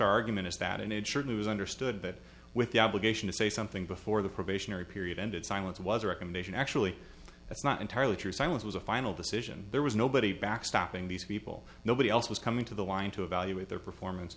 argument is that it surely was understood that with the obligation to say something before the probationary period ended silence was a recommendation actually that's not entirely true silence was a final decision there was nobody back stopping these people nobody else was coming to the line to evaluate their performance